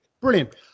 Brilliant